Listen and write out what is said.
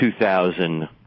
2,000